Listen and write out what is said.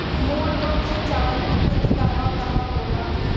मूल रूप से चावल के खेती कहवा कहा होला?